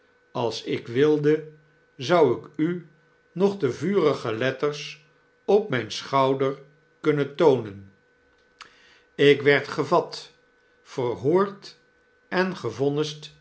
als ik wilde zou ik u nog de vurige letters op mijn schouder kunnen toonen ik werd gevat verhoord en gevonnisd